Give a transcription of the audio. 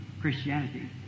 Christianity